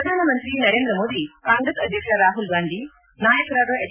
ಪ್ರಧಾನಮಂತ್ರಿ ನರೇಂದ್ರಮೋದಿ ಕಾಂಗ್ರೆಸ್ ಅಧ್ಯಕ್ಷ ರಾಹುಲ್ಗಾಂಧಿ ನಾಯಕರಾದ ಎಚ್